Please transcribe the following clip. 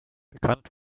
bekannt